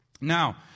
now